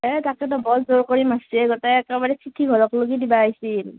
এই তাকেটো বৰ জোৰ কৰি মাতিছে গোটেই একেবাৰে চিঠি ঘৰত লেগি দিবা আহিছিল